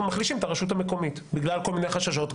מחלישים את הרשות המקומית בגלל כל מיני חששות.